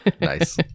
Nice